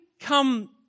come